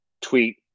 tweet